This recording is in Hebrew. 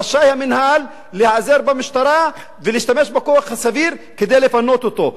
רשאי המינהל להיעזר במשטרה ולהשתמש בכוח הסביר כדי לפנות אותו.